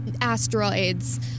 Asteroids